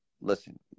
Listen